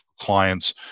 clients